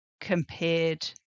compared